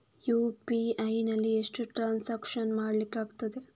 UPI ನಲ್ಲಿ ಎಷ್ಟು transaction ಮಾಡ್ಲಿಕ್ಕೆ ಆಗ್ತದೆ?